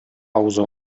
hause